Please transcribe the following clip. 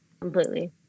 completely